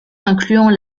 incluant